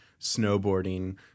Snowboarding